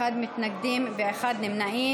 אחד מתנגד ואחד נמנע.